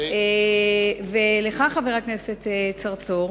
לך, חבר הכנסת צרצור,